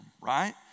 right